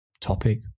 topic